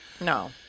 No